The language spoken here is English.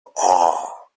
all